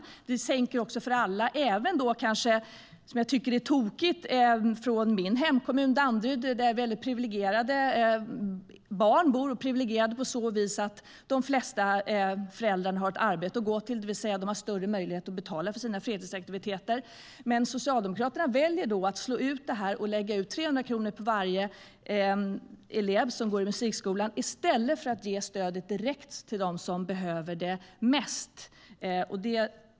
Man sänker också avgiften för alla, även - vilket jag tycker är tokigt - i min hemkommun Danderyd, där det är väldigt privilegierade barn som bor. De är priviligierade så till vida att de flesta föräldrarna har ett arbete att gå till. De har alltså större möjligheter att betala för barnens fritidsaktiviteter. Men Socialdemokraterna väljer att slå ut det på alla kommuner och lägga ut 300 kronor för varje elev som går i musikskolan i stället för att ge stödet direkt till dem som behöver det mest.